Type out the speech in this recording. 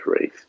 race